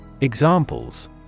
Examples